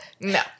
no